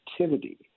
activity